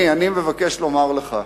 אני מבקש לומר לך,